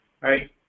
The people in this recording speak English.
right